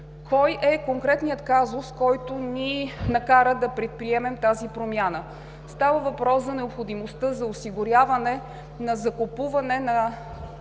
Кой е конкретният казус, който ни накара да предприемем тази промяна? Става въпрос за необходимостта от осигуряване на закупуване на